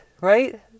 right